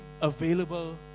available